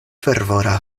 fervora